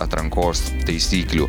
atrankos taisyklių